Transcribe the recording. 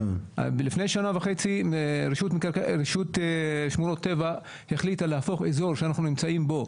לפני שנה וחצי רשות שמורות הטבע החליטה להפוך אזור שאנחנו נמצאים בו,